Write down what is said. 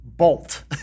Bolt